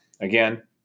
again